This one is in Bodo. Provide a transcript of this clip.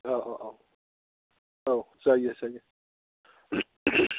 औ औ औ जायो जायो